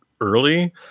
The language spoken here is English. early